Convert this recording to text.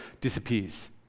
disappears